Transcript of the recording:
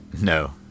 No